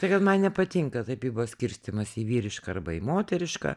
tai kad man nepatinka tapybos skirstymas į vyrišką arba į moterišką